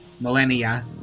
millennia